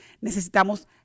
Necesitamos